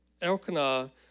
Elkanah